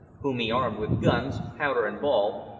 whom he armed with guns, powder, and ball,